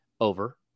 over